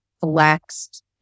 flexed